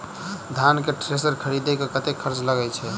धान केँ थ्रेसर खरीदे मे कतेक खर्च लगय छैय?